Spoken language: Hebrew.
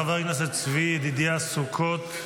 חבר הכנסת צבי ידידיה סוכות,